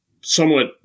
somewhat